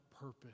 purpose